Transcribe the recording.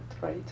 right